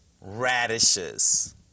radishes